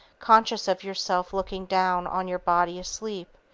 conscious of yourself looking down on your body asleep,